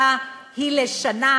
לא,